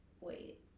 wait